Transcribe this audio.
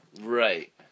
Right